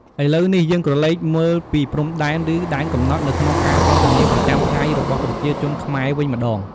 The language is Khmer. ឥឡូវនេះ យើងក្រឡេកមើលពីព្រំដែន ឬ ដែនកំណត់នៅក្នុងការសន្ទនាប្រចាំថ្ងៃរបស់ប្រជាជនខ្មែរវិញម្ដង។